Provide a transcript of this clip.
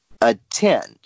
attend